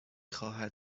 خواهد